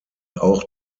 auch